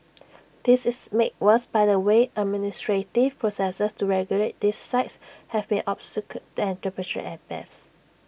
this is made worse by the way administrative processes to regulate these sites have been obscure and arbitrary at best